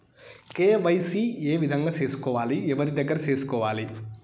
KYC ఏ విధంగా సేసుకోవాలి? ఎవరి దగ్గర సేసుకోవాలి?